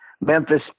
Memphis